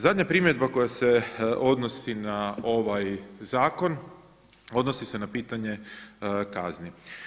Zadnja primjedba koja se odnosi na ovaj zakon odnosi se na pitanje kazni.